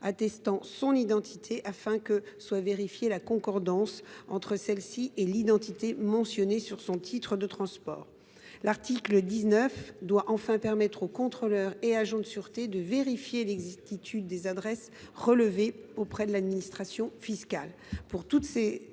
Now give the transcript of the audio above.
attestant son identité, afin que puisse être vérifiée la concordance entre celle ci et l’identité mentionnée sur son titre de transport. L’article 19 doit, enfin, permettre aux contrôleurs et aux agents de sûreté de vérifier l’exactitude des adresses relevées auprès de l’administration fiscale.